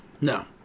No